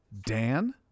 Dan